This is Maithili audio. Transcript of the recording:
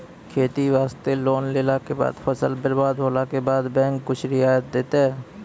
खेती वास्ते लोन लेला के बाद फसल बर्बाद होला के बाद बैंक कुछ रियायत देतै?